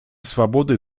свободы